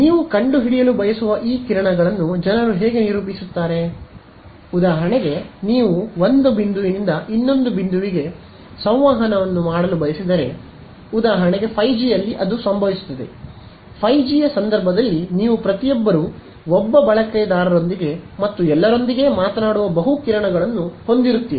ನೀವು ಕಂಡುಹಿಡಿಯಲು ಬಯಸುವ ಈ ಕಿರಣಗಳನ್ನು ಜನರು ಹೇಗೆ ನಿರೂಪಿಸುತ್ತಾರೆ ಆದ್ದರಿಂದ ಉದಾಹರಣೆಗೆ ನೀವು ಒಂದು ಬಿಂದುವಿನಿಂದ ಇನ್ನೊಂದು ಬಿಂದುವಿಗೆ ಸಂವಹನವನ್ನು ಮಾಡಲು ಬಯಸಿದರೆ ಉದಾಹರಣೆಗೆ 5G ಯಲ್ಲಿ ಅದು ಸಂಭವಿಸುತ್ತದೆ 5G ಯ ಸಂದರ್ಭದಲ್ಲಿ ನೀವು ಪ್ರತಿಯೊಬ್ಬರೂ ಒಬ್ಬ ಬಳಕೆದಾರರೊಂದಿಗೆ ಮತ್ತು ಎಲ್ಲರೊಂದಿಗೆ ಮಾತನಾಡುವ ಬಹು ಕಿರಣಗಳನ್ನು ಹೊಂದಿರುತ್ತೀರಿ